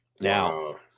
now